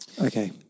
Okay